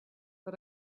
but